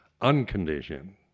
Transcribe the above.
unconditioned